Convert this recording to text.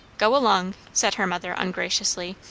go along, said her mother ungraciously.